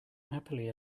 happily